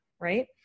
right